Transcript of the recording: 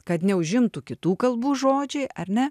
kad neužimtų kitų kalbų žodžiai ar ne